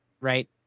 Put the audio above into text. Right